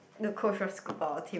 the coach was good for our team